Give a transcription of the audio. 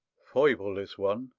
foible is one,